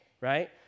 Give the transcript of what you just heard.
right